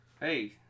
Hey